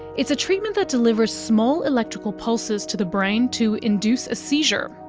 it's a treatment that delivers small electrical pulses to the brain to induce a seizure.